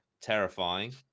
terrifying